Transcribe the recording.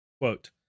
Quote